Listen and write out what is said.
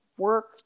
work